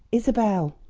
isabel.